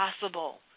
possible